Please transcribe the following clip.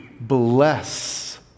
bless